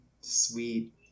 sweet